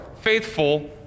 faithful